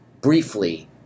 briefly